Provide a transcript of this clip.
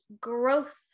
growth